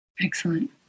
Excellent